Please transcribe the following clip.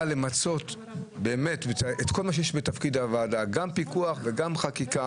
למצות את כל מה שיש בתפקיד הוועדה: גם פיקוח וגם חקיקה